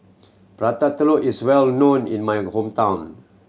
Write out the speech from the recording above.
Prata Telur is well known in my hometown